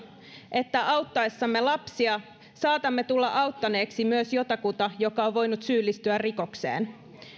että auttaessamme lapsia saatamme tulla auttaneeksi myös jotakuta joka on voinut syyllistyä rikokseen